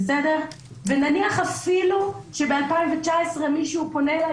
ונניח אפילו שב-2019 מישהו פונה אליי